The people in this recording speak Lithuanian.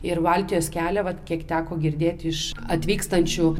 ir baltijos kelią vat kiek teko girdėt iš atvykstančių